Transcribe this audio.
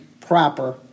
proper